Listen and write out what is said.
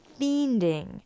fiending